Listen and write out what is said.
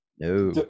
No